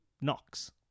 knocks